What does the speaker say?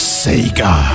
sega